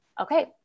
okay